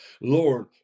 Lord